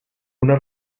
una